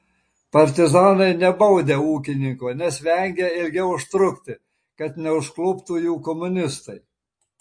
partizanai nebaudę ūkininko nes vengę ilgiau užtrukti kad neužkluptų jų komunistai